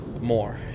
more